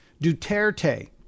Duterte